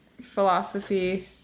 philosophy